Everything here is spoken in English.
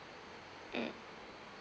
mm